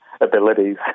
abilities